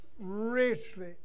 Richly